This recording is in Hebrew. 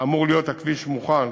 אמור להיות הכביש מוכן,